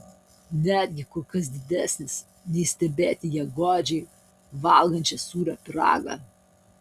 netgi kur kas didesnis nei stebėti ją godžiai valgančią sūrio pyragą